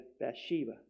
Bathsheba